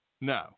No